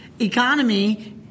economy